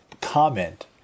comment